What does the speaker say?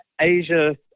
Asia